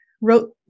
wrote